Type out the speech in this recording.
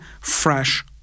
fresh